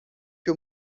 que